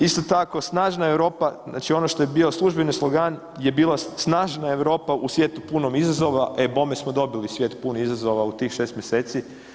Isto tako snažna Europa, znači ono što je bio službeni slogan je bila snažna Europa u svijetu punom izazova, e bome smo dobili svijet pun izazova u tih 6 mjeseci.